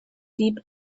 deep